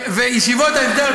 וישיבות ההסדר,